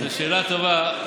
זו שאלה טובה.